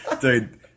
dude